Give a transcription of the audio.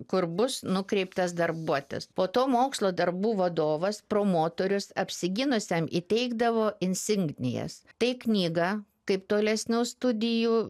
kur bus nukreiptas darbuotis po to mokslo darbų vadovas promotorius apsigynusiam įteikdavo insignijas tai knygą kaip tolesnių studijų